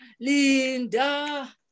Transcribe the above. Linda